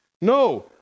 No